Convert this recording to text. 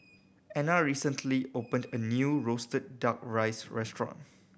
Ena recently opened a new roasted Duck Rice restaurant